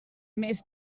més